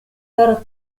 per